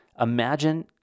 imagine